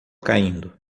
caindo